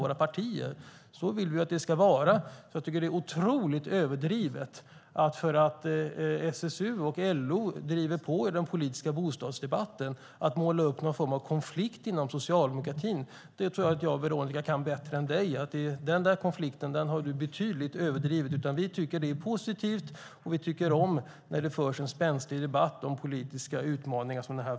Därför är det otroligt överdrivet att måla upp en konflikt inom socialdemokratin bara för att SSU och LO driver på i den politiska bostadsdebatten. Det här kan jag och Veronica bättre än du, Oskar Öholm, och den där konflikten har du överdrivit betydligt. Vi tycker att det är positivt, och vi tycker om när det förs en spänstig debatt om politiska utmaningar som denna.